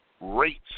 rates